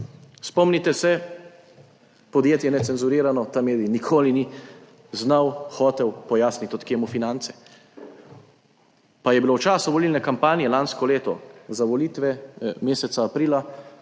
Spomnite se podjetje Necenzurirano, ta medij nikoli ni znal hotel pojasniti od kje mu Finance, pa je bilo v času volilne kampanje lansko leto za volitve meseca aprila,